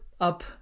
up